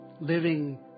living